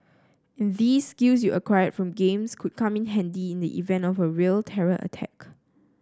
and these skills you acquired from games could come in handy in the event of a real terror attack